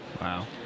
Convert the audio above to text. Wow